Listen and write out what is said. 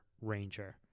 ranger